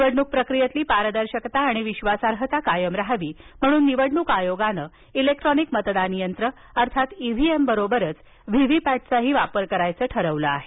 निवडणूक प्रक्रियेतील पारदर्शकता आणि विश्वासार्हता कायम राहावी म्हणून निवडणूक आयोगानं इलेक्ट्रोनिक मतदान यंत्र अर्थात इव्हीएम बरोबरच व्हीव्हीपॅटही वापरायचं ठरवलं आहे